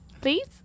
please